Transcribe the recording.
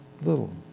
little